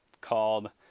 called